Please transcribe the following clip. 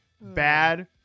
bad